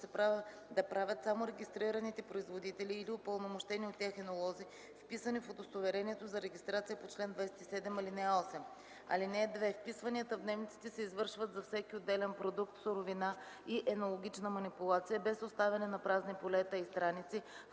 да правят само регистрираните производители или упълномощени от тях енолози, вписани в удостоверението за регистрация по чл. 27, ал. 8. (2) Вписванията в дневниците се извършват за всеки отделен продукт, суровина и енологична манипулация без оставяне на празни полета и страници,